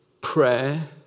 prayer